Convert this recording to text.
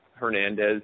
Hernandez